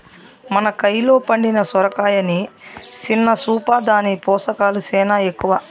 మన కయిలో పండిన సొరకాయని సిన్న సూపా, దాని పోసకాలు సేనా ఎక్కవ